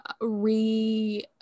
re-